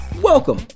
welcome